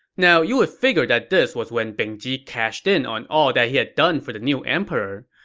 now, you would figure that this was when bing ji cashed in on all that he had done for the new emperor.